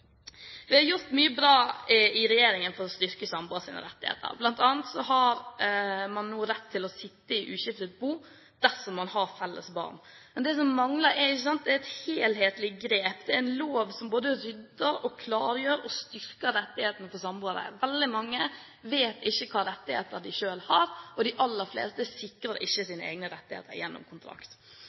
gjort mye bra i regjeringen for å styrke samboeres rettigheter. Blant annet har man nå rett til å sitte i uskiftet bo dersom man har felles barn. Men det som mangler, er et helhetlig grep, en lov som både rydder, klargjør og styrker rettighetene for samboere. Veldig mange vet ikke hva slags rettigheter de selv har, og de aller fleste sikrer ikke sine egne rettigheter gjennom kontrakt.